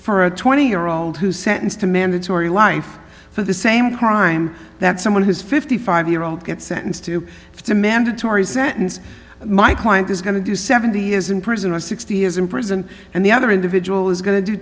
for a twenty year old who sentenced to mandatory life for the same crime that someone who's fifty five year old gets sentenced to the mandatory sentence my client is going to do seventy is in prison or sixty years in prison and the other individual is going to do